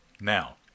Now